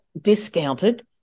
discounted